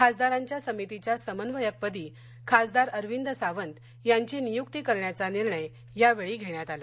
खासदारांच्या समितीच्या समन्वयकपदी खासदार अरविद सावंत यांची नियुक्ती करण्याचा निर्णय यावेळी घेण्यात आला